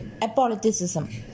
apoliticism